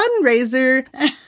fundraiser